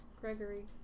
Gregory